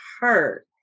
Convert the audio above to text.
hurt